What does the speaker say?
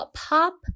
pop